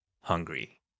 hungry